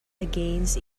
against